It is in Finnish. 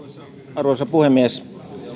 arvoisa puhemies